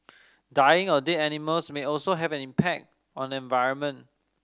dying or dead animals may also have an impact on environment